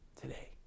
today